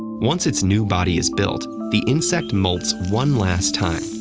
once its new body is built, the insect molts one last time,